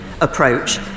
approach